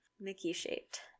Mickey-shaped